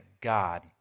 God